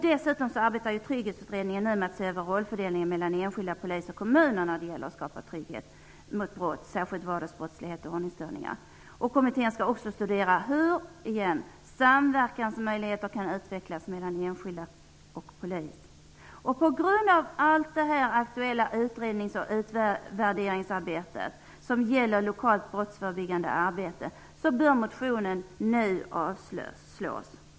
Dessutom arbetar Trygghetsutredningen nu med att se över rollfördelningen mellan enskilda poliser och kommuner i arbetet med att skapa trygghet mot brott, särskilt vardagsbrottslighet och ordningsstörningar. Kommittén skall också studera hur möjligheter till samverkan kan utvecklas mellan enskilda och polis. På grund av allt detta aktuella utrednings och utvärderingsarbete gällande lokalt brottsförebyggande arbete bör motionen nu avslås av kammaren.